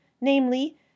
namely